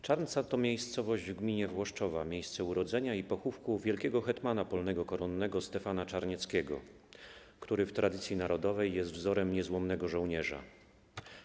Czarnca to miejscowość w gminie Włoszczowa, miejsce urodzenia i pochówku wielkiego hetmana polnego koronnego Stefana Czarnieckiego, który w tradycji narodowej jest wzorem niezłomnego żołnierza.